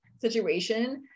situation